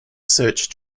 search